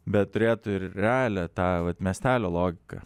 bet turėtų ir realią tą vat miestelio logiką